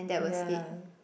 ya